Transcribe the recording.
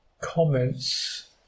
comments